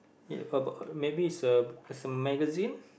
ya about maybe some some magazine